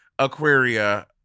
Aquaria